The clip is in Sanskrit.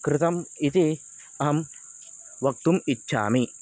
कृतम् इति अहं वक्तुम् इच्छामि